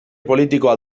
politikoa